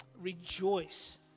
Rejoice